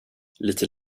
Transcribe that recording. lite